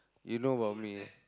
you know about me